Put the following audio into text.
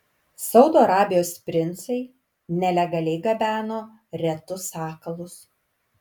saudo arabijos princai nelegaliai gabeno retus sakalus